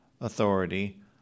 authority